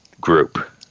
group